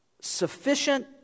sufficient